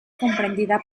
comprendida